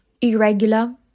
irregular